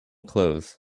clothes